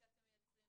שאתם מייצרים.